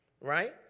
right